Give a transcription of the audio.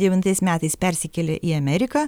devintais metais persikėlė į ameriką